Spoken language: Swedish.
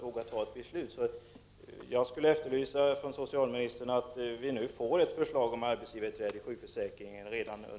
Jag efterlyser ett förslag från socialministern redan under vårriksdagen om arbetsgivarinträde i sjukförsäkringen.